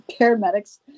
Paramedics